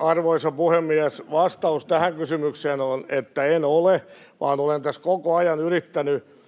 Arvoisa puhemies! Vastaus tähän kysymykseen on, että en ole, vaan olen tässä koko ajan yrittänyt